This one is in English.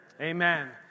Amen